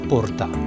Porta